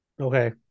Okay